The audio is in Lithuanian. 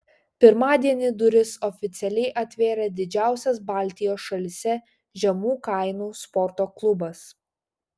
pirmadienį duris oficialiai atvėrė didžiausias baltijos šalyse žemų kainų sporto klubas